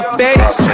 face